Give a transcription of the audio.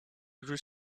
grew